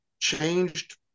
changed